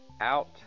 out